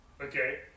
Okay